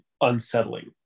unsettling